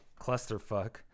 clusterfuck